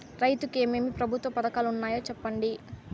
రైతుకు ఏమేమి ప్రభుత్వ పథకాలు ఉన్నాయో సెప్పండి?